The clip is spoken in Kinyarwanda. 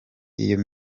iyo